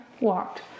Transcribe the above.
walked